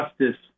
Justice